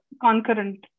concurrent